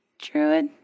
Druid